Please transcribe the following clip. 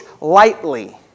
lightly